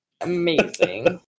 Amazing